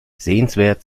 sehenswert